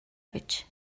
гэж